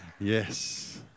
Yes